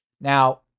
Now